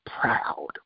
proud